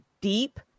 deep